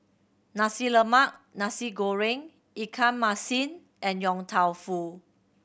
Nasi Lemak Nasi Goreng ikan masin and Yong Tau Foo